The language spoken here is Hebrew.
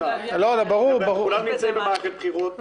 כולנו נמצאים במערכת בחירות,